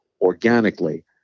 organically